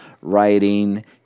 writing